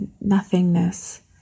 nothingness